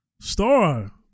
Star